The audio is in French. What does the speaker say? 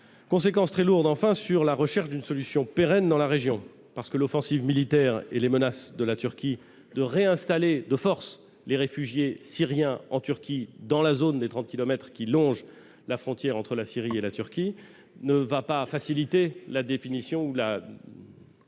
Conséquences très lourdes, enfin, sur la recherche d'une solution pérenne dans la région : l'offensive militaire et les menaces de la Turquie de réinstaller, de force, les réfugiés syriens en Turquie, dans la zone des trente kilomètres qui longe la frontière entre la Syrie et la Turquie, ne vont pas faciliter l'avènement d'une solution